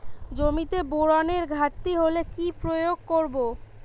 জমিতে বোরনের ঘাটতি হলে কি প্রয়োগ করব?